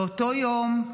באותו יום,